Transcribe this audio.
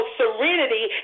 serenity